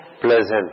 pleasant